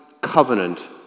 covenant